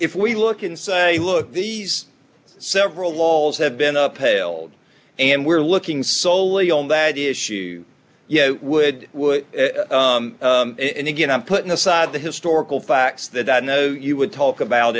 if we look and say look these several laws have been up hailed and we're looking soley on that issue yeah it would would it and again i'm putting aside the historical facts that i know you would talk about